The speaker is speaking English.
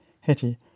hetty